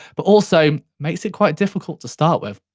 but also makes it quite difficult to start with.